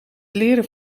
leren